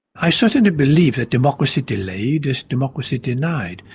i certainly believe that democracy delayed is democracy denied,